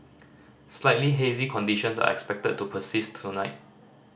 slightly hazy conditions are expected to persist tonight